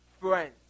friends